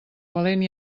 valent